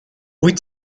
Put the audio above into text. wyt